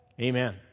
Amen